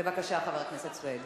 בבקשה, חבר הכנסת סוייד.